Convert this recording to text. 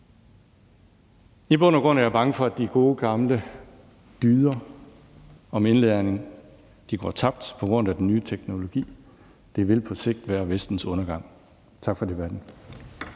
I bund og grund er jeg bange for, at de gode gamle dyder om indlæring går tabt på grund af den nye teknologi, og det vil på sigt være Vestens undergang. Tak for debatten.